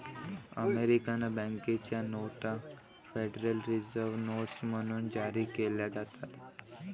American बँकेच्या नोटा Federal Reserve notes म्हणून जारी केल्या जातात